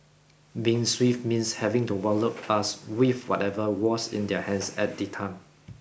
being swift means having to wallop us with whatever was in their hands at the time